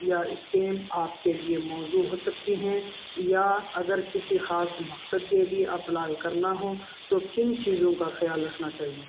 یا اسکیم آپ کے لیے موزوں ہو سکتی ہیں یا اگر کسی خاص مقصد کے لیے اپلائی کرنا ہو تو کن چیزوں کا خیال رکھنا چاہیے